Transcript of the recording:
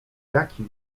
jaki